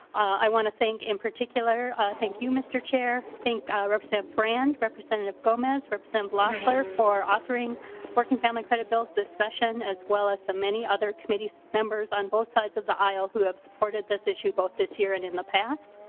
i want to thank in particular thank you mr. chair thank representative brand representative gomez representative loeffler for offering w orking family credit bills the session as well as the many other committee members on both sides of the aisle have supported this issue both this year and in the past.